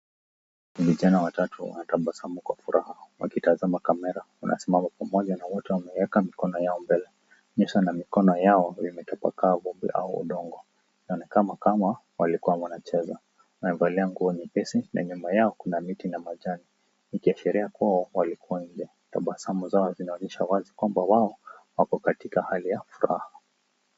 Vijana watatu wanatabasamu kwa furaha wakitazama kamera. Wamesimama pamoja na wote wameweka mikono yao mbele. Nyuso na mikono yao vimepakawa vumbi au udongo. Inaonekana kama walikuwa wanacheza. Wamevalia nguo nyepesi na nyuma yao kuna miti na majani ikiashiria kuwa walikuwa nje. Tabasamu zao zinaonyesha wazi kwamba wao wako katika hali ya furaha.